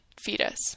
fetus